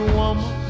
woman